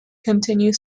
continue